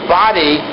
body